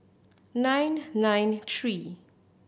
nine nine three